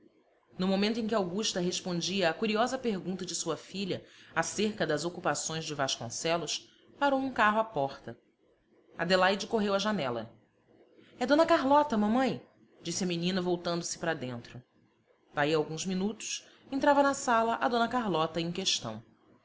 no momento em que augusta respondia à curiosa pergunta de sua filha acerca das ocupações de vasconcelos parou um carro à porta adelaide correu à janela é d carlota mamãe disse a menina voltando-se para dentro daí a alguns minutos entrava na sala a d carlota em questão